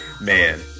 Man